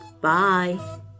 Bye